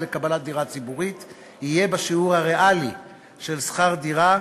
לקבלת דירה ציבורית יהיה בשיעור הריאלי של שכר דירה,